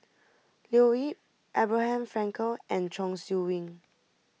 Leo Yip Abraham Frankel and Chong Siew Ying